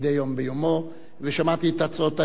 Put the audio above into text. מדי יום ביומו, ושמעתי את הצעות האי-אמון,